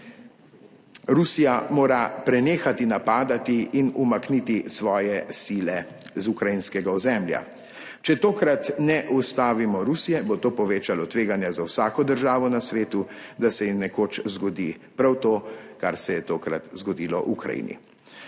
Rusija mora prenehati napadati in umakniti svoje sile z ukrajinskega ozemlja. Če tokrat ne ustavimo Rusije, bo to povečalo tveganje za vsako državo na svetu, da se ji nekoč zgodi prav to, kar se je tokrat zgodilo Ukrajini.